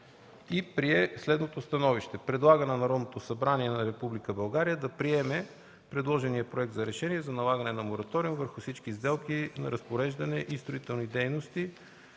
и прие следното становище: Предлага на Народното събрание на Република България да приеме предложения Проект за решение за налагане на мораториум върху всички сделки на разпореждане и строителни дейности